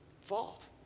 Fault